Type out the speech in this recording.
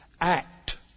Act